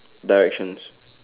directions